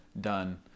done